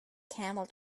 camel